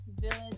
villains